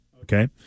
Okay